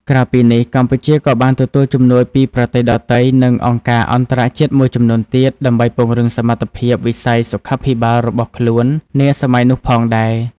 ក្រៅពីនេះ កម្ពុជាក៏បានទទួលជំនួយពីប្រទេសដទៃ និងអង្គការអន្តរជាតិមួយចំនួនទៀត ដើម្បីពង្រឹងសមត្ថភាពវិស័យសុខាភិបាលរបស់ខ្លួននាសម័យនោះផងដែរ។